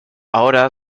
ahora